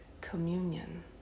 communion